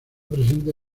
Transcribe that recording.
presente